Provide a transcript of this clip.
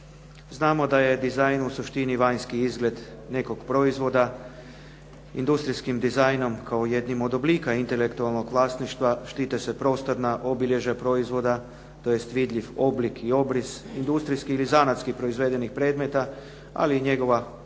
Znamo da je dizajn u suštini vanjski izgled nekog proizvoda, industrijskim dizajnom kao jednim od oblika intelektualnog vlasništva štite se prostorna obilježja proizvoda tj. vidljiv oblik i obris, industrijski ili zanatskih proizvedenih predmeta ali i njegova plošna